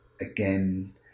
again